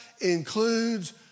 includes